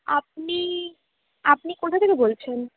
আপনি আপনি কোথা থেকে বলছেন